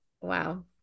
wow